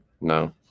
No